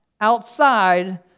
outside